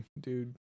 dude